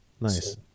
Nice